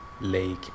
Lake